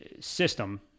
system